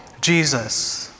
Jesus